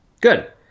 Good